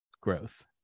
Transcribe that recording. growth